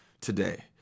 today